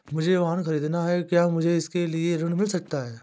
मुझे वाहन ख़रीदना है क्या मुझे इसके लिए ऋण मिल सकता है?